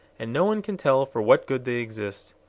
and no one can tell for what good they exist.